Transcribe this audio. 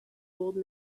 old